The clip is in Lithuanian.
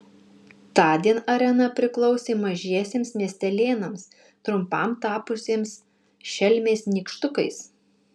tądien arena priklausė mažiesiems miestelėnams trumpam tapusiems šelmiais nykštukais